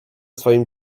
swoim